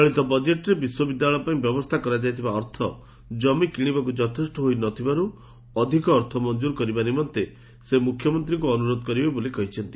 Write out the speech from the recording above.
ଚଳିତ ବଜେଟ୍ରେ ବିଶ୍ୱବିଦ୍ୟାଳୟ ପାଇଁ ବ୍ୟବସ୍ଗା କରାଯାଇଥିବା ଅର୍ଥ ଜମି କିଶିବାକୁ ଯଥେଷ୍ ହୋଇନଥିବାରୁ ଅଧିକ ଅର୍ଥ ମଂଜୁର ନିମନ୍ତେ ସେ ମୁଖ୍ୟମନ୍ତୀଙ୍କୁ ଅନୁରୋଧ କରିବେ ବୋଲି କହିଛନ୍ତି